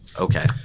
okay